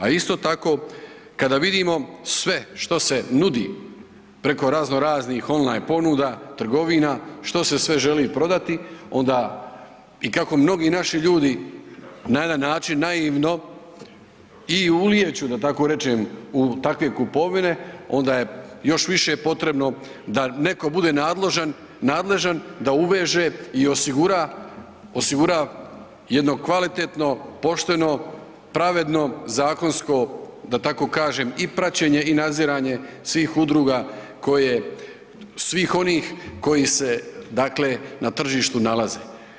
A isto tako kada vidimo sve što se nudi preko razno raznih on line ponuda, trgovina, što se sve želi prodati onda i kako mnogi naši ljudi na jedan način naivno i ulijeću da tako rečem u takve kupovine onda je još više potrebno da netko bude nadležan, da uveže i osigura, osigura jedno kvalitetno, pošteno, pravedno, zakonsko da tako kažem i praćenje i nadziranje svih udruga koje, svih oni koji se dakle na tržištu nalaze.